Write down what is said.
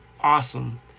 Awesome